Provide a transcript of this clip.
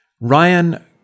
Ryan